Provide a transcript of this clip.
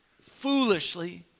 foolishly